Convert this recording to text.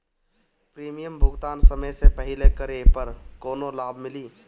Premium भुगतान समय से पहिले करे पर कौनो लाभ मिली?